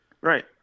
Right